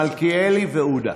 מלכיאלי ועודה.